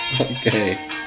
Okay